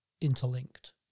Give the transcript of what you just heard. interlinked